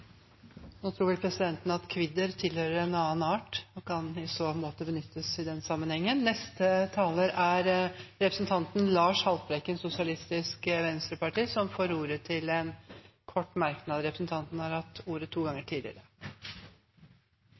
Nå tror presidenten at «kvidder» tilhører en annen art, og i så måte kan benyttes i den sammenhengen. Representanten Lars Haltbrekken har hatt ordet to ganger tidligere og får ordet til en kort merknad,